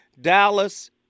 Dallas